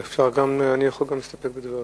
אני יכול גם להסתפק בדבריך.